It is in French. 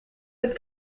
être